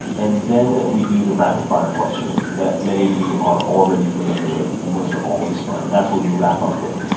and then we do the rapid fire questions that many of you are already familiar with, and those are always fun. and that's what we wrap up with.